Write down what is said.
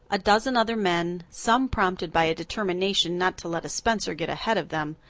a dozen other men, some prompted by a determination not to let a spencer get ahead of them,